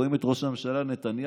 רואים את ראש הממשלה נתניהו,